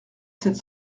sept